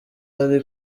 ari